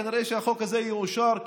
כנראה שהחוק הזה יאושר,